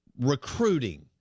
recruiting